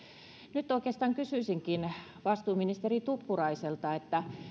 nyt oikeastaan kysyisinkin vastuuministeri tuppuraiselta